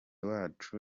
wacu